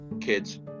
kids